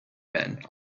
men